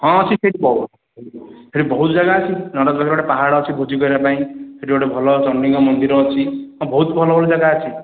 ହଁ ସେଠି ବହୁତ ଜାଗା ଅଛି ପାହାଡ଼ ଅଛି ଭୋଜି କରିବା ପାଇଁ ସେଠି ଗୋଟେ ଭଲ ଚଣ୍ଡୀଙ୍କ ମନ୍ଦିର ଅଛି ହଁ ବହୁତ ଭଲ ଭଲ ଜାଗା ଅଛି